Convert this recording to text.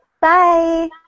Bye